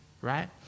right